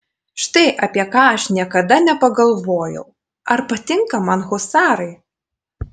štai apie ką aš niekada nepagalvojau ar patinka man husarai